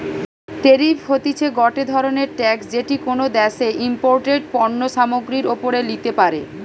tariff হতিছে গটে ধরণের ট্যাক্স যেটি কোনো দ্যাশে ইমপোর্টেড পণ্য সামগ্রীর ওপরে লিতে পারে